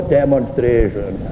demonstration